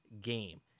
game